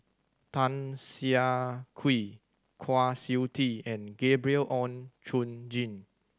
Tan Siah Kwee Kwa Siew Tee and Gabriel Oon Chong Jin